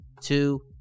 two